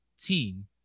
team